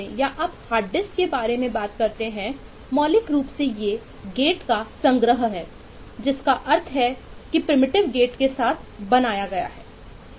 यह मूल रूप से ये हैं गेट्स नेन्ड गेट के साथ बनाया गया है